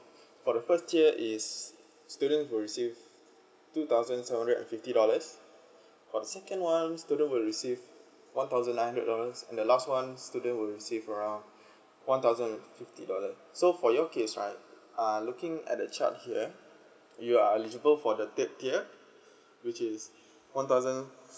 for the first tier is student will receive two thousand seven hundred and fifty dollars for the second one student will receive one thousand nine hundred dollars and the last one student will receive around one thousand fifty dollar so for your case right uh looking at the chart here you are eligible for the third tier which is one thousand